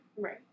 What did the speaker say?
Right